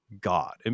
god